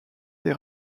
les